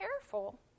careful